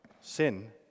sin